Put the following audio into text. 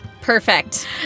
Perfect